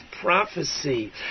prophecy